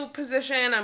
position